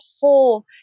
whole